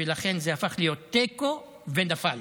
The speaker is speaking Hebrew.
ולכן זה הפך להיות תיקו, ונפל.